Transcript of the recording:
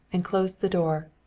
and closed the door,